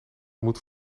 moet